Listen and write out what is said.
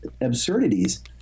absurdities